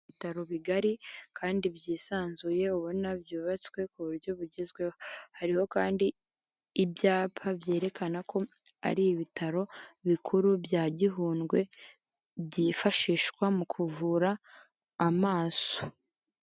Mu ibitaro bigari kandi byisanzuye ubona byubatswe ku buryo bugezweho hariho kandi ibyapa byerekana ko ari ibitaro bikuru bya Gihundwe byifashishwa mu kuvura amaso.